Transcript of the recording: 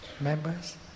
members